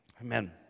amen